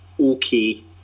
okay